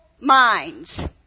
minds